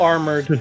Armored